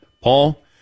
Paul